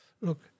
look